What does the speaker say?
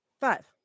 Five